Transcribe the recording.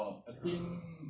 ya